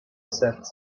serca